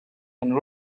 and